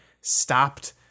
stopped